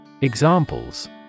Examples